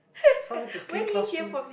some have to clean classroom